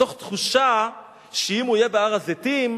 מתוך תחושה שאם הוא יהיה בהר-הזיתים,